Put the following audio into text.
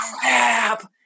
crap